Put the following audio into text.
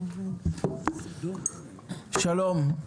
שלום לכולם,